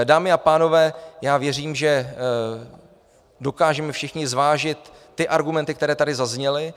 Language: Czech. Dámy a pánové, já věřím, že dokážeme všichni zvážit argumenty, které tady zazněly.